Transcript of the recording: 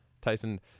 Tyson